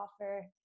offer